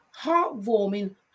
heartwarming